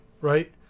Right